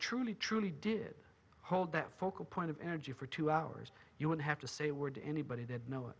truly truly did hold that focal point of energy for two hours you would have to say a word to anybody that kno